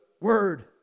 word